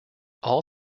all